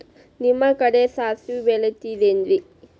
ನಿಮ್ಮ ಕಡೆ ಸಾಸ್ವಿ ಬೆಳಿತಿರೆನ್ರಿ?